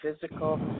physical